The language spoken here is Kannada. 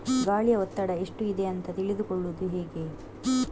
ಗಾಳಿಯ ಒತ್ತಡ ಎಷ್ಟು ಇದೆ ಅಂತ ತಿಳಿದುಕೊಳ್ಳುವುದು ಹೇಗೆ?